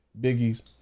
Biggie's